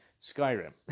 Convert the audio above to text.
Skyrim